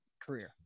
career